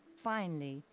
finally,